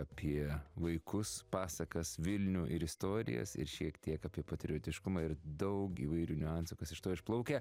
apie vaikus pasakas vilnių ir istorijas ir šiek tiek apie patriotiškumą ir daug įvairių niuansų kas iš to išplaukia